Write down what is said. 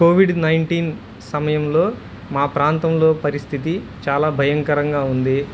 Covid nineteen సమయంలో మా ప్రాంతంలో పరిస్థితి చాలా భయంకరంగా ఉంది